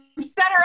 center